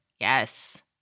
Yes